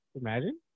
imagine